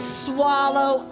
swallow